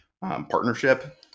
partnership